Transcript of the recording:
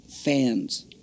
Fans